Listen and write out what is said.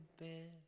bed